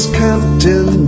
captain